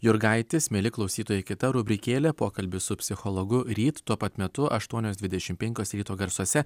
jurgaitis mieli klausytojai kita rubrikėlė pokalbis su psichologu ryt tuo pat metu aštuonios dvidešimt penkios ryto garsuose